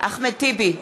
אחמד טיבי,